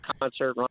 concert